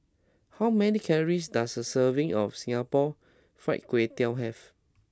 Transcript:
how many calories does a serving of Singapore Fried Kway Tiao have